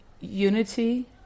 unity